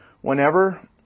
whenever